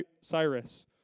Cyrus